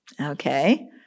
Okay